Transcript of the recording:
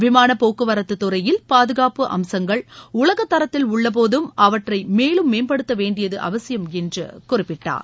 விமானப் போக்குவரத்துத் துறையில் பாதுகாப்பு அம்சங்கள் உலகத் தரத்தில் உள்ளபோதும் அவற்றை மேலும் மேம்படுத்த வேண்டியது அவசியம் என்று குறிப்பிட்டார்